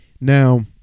now